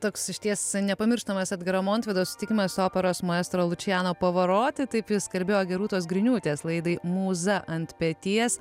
toks išties nepamirštamas edgaro montvido susitikimas operos maestro lučiano pavaroti taip jis kalbėjo gerūtos griniūtės laidai mūza ant peties